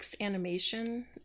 Animation